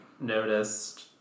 noticed